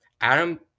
Adam